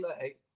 Hey